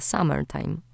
Summertime